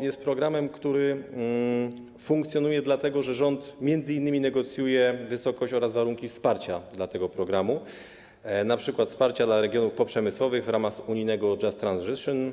jest programem, który funkcjonuje dlatego, że rząd m.in. negocjuje wysokość oraz warunki wsparcia dla tego programu, np. wsparcia dla regionów poprzemysłowych w ramach unijnego „Just Transition”